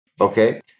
Okay